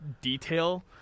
detail